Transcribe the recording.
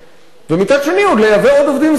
ומצד שני לייבא עוד עובדים זרים.